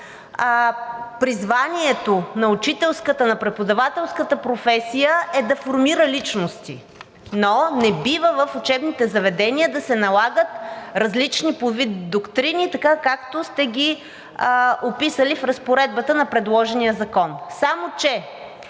Призванието на учителската, на преподавателската професия е да формира личности, но не бива в учебните заведения да се налагат различни по вид доктрини, така както сте ги описали в разпоредбата на предложения закон.